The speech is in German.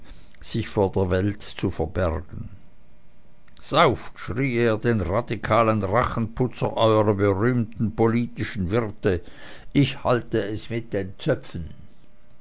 sich vor der welt zu verbergen sauft schrie er den radikalen rachenputzer eurer berühmten politischen wirte ich halt es mit den zöpfen